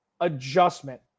adjustment